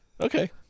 Okay